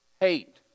Hate